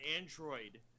Android